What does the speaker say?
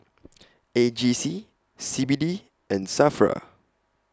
A G C C B D and SAFRA